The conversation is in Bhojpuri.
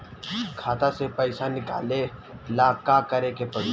खाता से पैसा निकाले ला का करे के पड़ी?